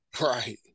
right